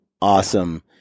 awesome